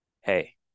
Hey